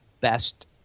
best